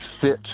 fit